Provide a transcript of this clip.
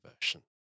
version